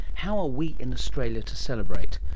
how are we in australia to celebrate?